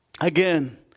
again